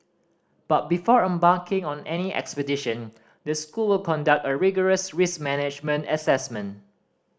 but before embarking on any expedition the school will conduct a rigorous risk management assessment